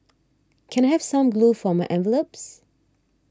can I have some glue for my envelopes